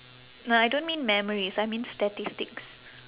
no I don't mean memories I mean statistics